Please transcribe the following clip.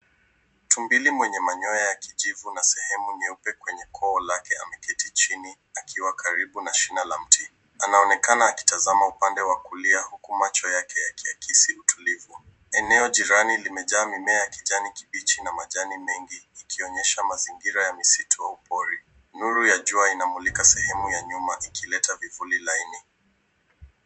Tumbiri mwenye manyoya ya kijivu na sehemu nyeupe kwenye koo lake ameketi chini akiwa karibu na shina la mti. Anaonekana akitazama upande wa kulia huku macho yake yakihakisi utulivu. Eneo jirani limejaa mimea ya kijani kibichi na majani mengi ikionyesha mazingira ya misitu au pori. Nuru ya jua inamulika sehemu ya nyuma ikileta vivuli laini.